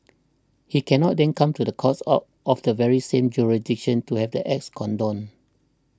he cannot then come to the courts of the very same jurisdiction to have the acts condoned